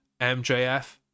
MJF